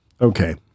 Okay